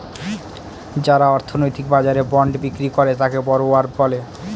যারা অর্থনৈতিক বাজারে বন্ড বিক্রি করে তাকে বড়োয়ার বলে